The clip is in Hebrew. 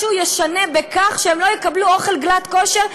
משהו ישתנה מכך שהם לא יקבלו אוכל גלאט-כשר.